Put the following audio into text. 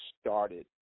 started